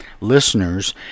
listeners